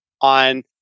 on